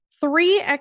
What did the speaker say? three